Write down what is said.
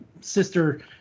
sister